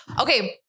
Okay